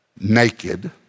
naked